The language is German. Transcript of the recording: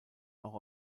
auch